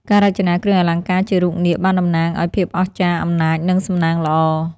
ការរចនាគ្រឿងអលង្ការជារូបនាគបានតំណាងឱ្យភាពអស្ចារ្យ អំណាច និងសំណាងល្អ។